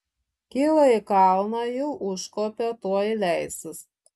kyla į kalną jau užkopė tuoj leisis